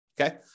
okay